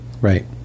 Right